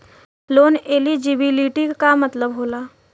Loan eligibility का मतलब का होला?